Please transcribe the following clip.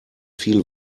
viel